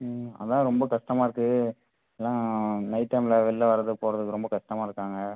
ம் அதான் ரொம்ப கஷ்டமாக இருக்குது எல்லாம் நைட் டைமில் வெளியில வரதுக்கு போகிறதுக்கு ரொம்ப கஷ்டமாக இருக்காங்க